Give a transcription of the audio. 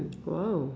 mm !wow!